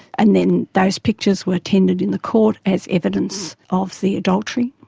and then those pictures were tendered in the court as evidence of the adultery.